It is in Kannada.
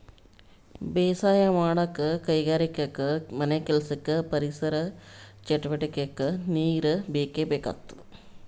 ಬೇಸಾಯ್ ಮಾಡಕ್ಕ್ ಕೈಗಾರಿಕೆಗಾ ಮನೆಕೆಲ್ಸಕ್ಕ ಪರಿಸರ್ ಚಟುವಟಿಗೆಕ್ಕಾ ನೀರ್ ಬೇಕೇ ಬೇಕಾಗ್ತದ